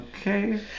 okay